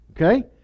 okay